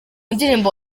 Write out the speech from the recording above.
ndirimbo